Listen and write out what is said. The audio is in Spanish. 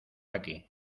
aquí